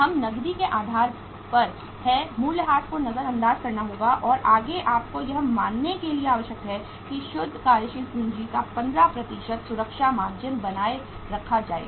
हम नकदी के आधार पर हैं मूल्यह्रास को नजर अंदाज करना होगा और आगे आपको यह मानने के लिए आवश्यक है कि शुद्ध कार्यशील पूंजी का 15 सुरक्षा मार्जिन बनाए रखा जाएगा